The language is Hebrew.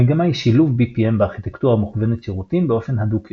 המגמה היא שילוב BPM בארכיטקטורה מוכוונת שירותים באופן הדוק יותר.